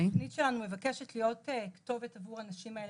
התוכנית שלנו מבקשת להיות כתובת עבור הנשים האלה,